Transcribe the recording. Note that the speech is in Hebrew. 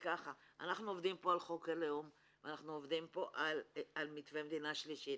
אנחנו עובדים פה על חוק הלאום ואנחנו עובדים פה על מתווה מדינה שלישית,